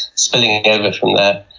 spilling over from that,